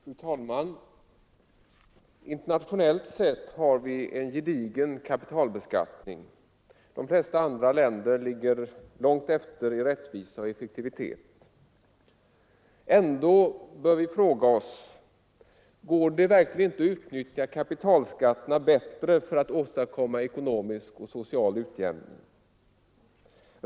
Fru talman! Internationellt sett har vi en gedigen kapitalbeskattning — de flesta andra länder ligger långt efter i rättvisa och effektivitet. Ändå bör vi fråga oss: Går det verkligen inte att utnyttja Kapitalskatterna bättre för att åstadkomma ekonomisk och social utjämning?